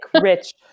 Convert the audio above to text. rich